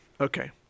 Okay